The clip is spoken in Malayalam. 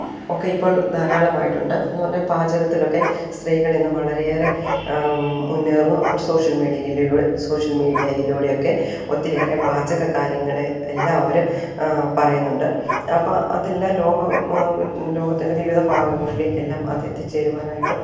ഒക്കെ ഇപ്പോൾ ധാരാളമായിട്ടുണ്ട് എന്നു പറഞ്ഞാൽ പാചകത്തിലൊക്കെ സ്ത്രീകളിൽ നിന്നു വളരെയേറെ മുന്നേറുന്നു അവർ സോഷ്യൽ മീഡിയയിലൂ സോഷ്യൽ മീഡിയയിലൂടെയൊക്കെ ഒത്തിരിയേറെ പാചക കാര്യങ്ങൾ എല്ലാം അവർ പറയുന്നുണ്ട് അപ്പം അതെല്ലാം ലോകം ലോകത്തിൻ്റെ വിവിധ ഭാഗങ്ങളിലേക്കെല്ലാം അതെത്തി ചേരുവാനായിട്ടും